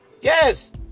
Yes